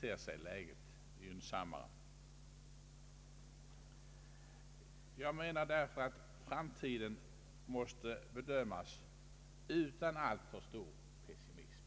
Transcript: ter sig läget gynnsammare. Jag anser därför att framtiden måste bedömas utan alltför stor pessimism.